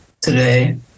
today